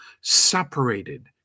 separated